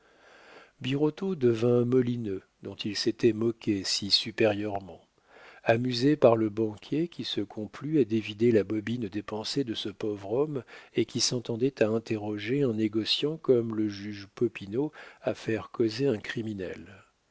birotteau devint molineux dont il s'était moqué si supérieurement amusé par le banquier qui se complut à dévider la bobine des pensées de ce pauvre homme et qui s'entendait à interroger un négociant comme le juge popinot à faire causer un criminel